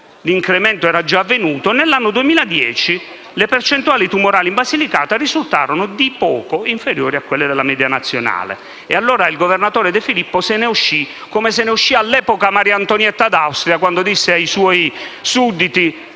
l'incremento era già avvenuto e nell'anno 2010 le percentuali tumorali in Basilicata risultarono di poco inferiori a quelle della media nazionale. Il governatore De Filippo ebbe allora la stessa uscita che ebbe Maria Antonietta d'Austria quando disse ai suoi sudditi